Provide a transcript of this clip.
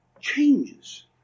changes